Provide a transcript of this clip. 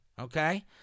Okay